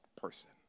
person